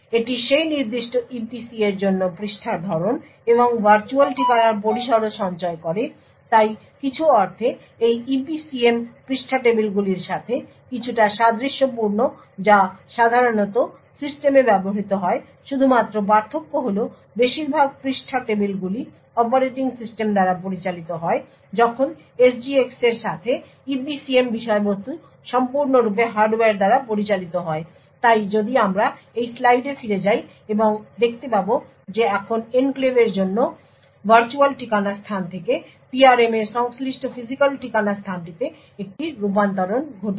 এটি সেই নির্দিষ্ট EPC এর জন্য পৃষ্ঠার ধরন এবং ভার্চুয়াল ঠিকানার পরিসরও সঞ্চয় করে তাই কিছু অর্থে এই EPCM পৃষ্ঠা টেবিলগুলির সাথে কিছুটা সাদৃশ্যপূর্ণ যা সাধারণত সিস্টেমে ব্যবহৃত হয় শুধুমাত্র পার্থক্য হল বেশিরভাগ পৃষ্ঠা টেবিলগুলি অপারেটিং সিস্টেম দ্বারা পরিচালিত হয় যখন SGX এর সাথে EPCM বিষয়বস্তু সম্পূর্ণরূপে হার্ডওয়্যার দ্বারা পরিচালিত হয় তাই যদি আমরা এই স্লাইডে ফিরে যাই এবং দেখতে পাব যে এখন এনক্লেভের জন্য ভার্চুয়াল ঠিকানা স্থান থেকে PRM এর সংশ্লিষ্ট ফিজিক্যাল ঠিকানা স্থানটিতে একটি রূপান্তরনা ঘটেছে